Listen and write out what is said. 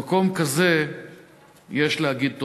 במקום כזה יש להגיד תודה.